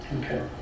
Okay